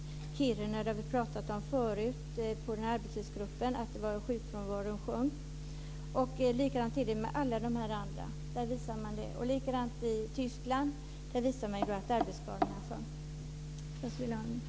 I arbetsgruppen har vi tidigare talat om Kiruna, där sjukfrånvaron minskat. Likadant är det med övriga. I Tyskland har man också visat att arbetsskadorna minskat.